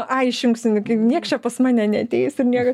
ai išjungsiu nu gi nieks čia pas mane neateis ir nieko